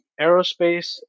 aerospace